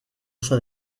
uso